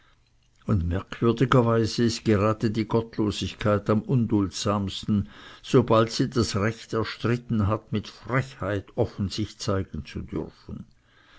und merkwürdigerweise ist gerade die gottlosigkeit am unduldsamsten sobald sie das recht erstritten hat mit frechheit offen sich zeigen zu dürfen